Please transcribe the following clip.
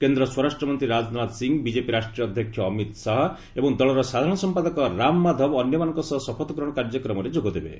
କେନ୍ଦ୍ର ସ୍ୱରାଷ୍ଟ୍ରମନ୍ତ୍ରୀ ରାଜନାଥ ସିଂହ ବିଜେପି ରାଷ୍ଟ୍ରୀୟ ଅଧ୍ୟକ୍ଷ ଅମିତ ଶାହା ଏବଂ ଦଳର ସାଧାରଣ ସଂପାଦକ ରାମ ମାଧବ ଅନ୍ୟମାନଙ୍କ ସହ ଶପଥଗ୍ରହଣ କାର୍ଯ୍ୟକ୍ରମରେ ଯୋଗ ଦେବେ